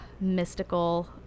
mystical